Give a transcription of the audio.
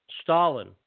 Stalin